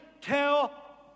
tell